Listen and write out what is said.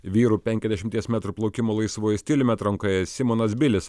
vyrų penkiasdešimties metrų plaukimo laisvuoju stiliumi atrankoje simonas bilis